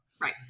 Right